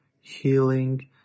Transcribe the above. healing